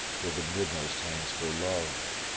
though the midmost hangs for love.